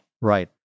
Right